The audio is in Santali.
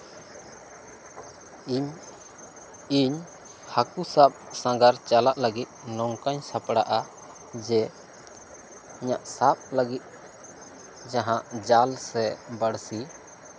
ᱤᱧᱤᱧ ᱦᱟᱹᱠᱩ ᱥᱟᱵ ᱥᱟᱸᱜᱷᱟᱨ ᱪᱟᱞᱟᱜ ᱞᱟᱹᱜᱤᱫ ᱱᱚᱝᱠᱟᱧ ᱥᱟᱯᱲᱟᱜᱼᱟ ᱡᱮ ᱤᱧᱟᱹᱜ ᱥᱟᱯ ᱞᱟᱹᱜᱤᱫ ᱡᱟᱦᱟᱸ ᱡᱟᱞ ᱥᱮ ᱵᱟᱹᱲᱥᱤ